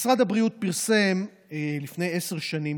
משרד הבריאות פרסם כבר לפני עשר שנים